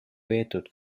peetud